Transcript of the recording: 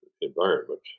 environment